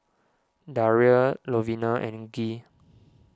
Daria Lovina and Gee